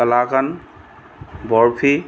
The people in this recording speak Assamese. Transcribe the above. কালাকান বৰফি